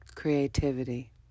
Creativity